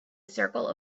circle